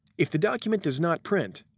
if the document does not print,